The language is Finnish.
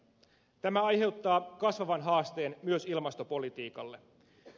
tämä aiheuttaa kasvavan haasteen myös ilmastopolitiikalle